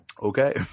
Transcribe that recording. Okay